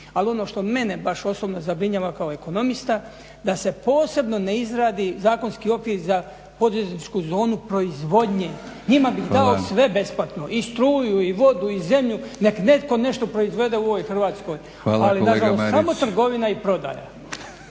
Ali ono što mene baš osobno zabrinjava kao ekonomista da se posebno ne izradi zakonski okvir za poduzetničku zonu proizvodnje. Njima bih dao … …/Upadica Batinić: Hvala./… … sve besplatno i struju i vodu i zemlju nek' netko nešto proizvede u ovoj Hrvatskoj. …/Upadica Batinić: Hvala